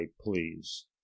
please